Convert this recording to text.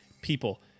People